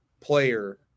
player